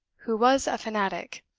who was a fanatic.